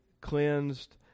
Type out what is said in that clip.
cleansed